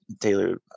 Taylor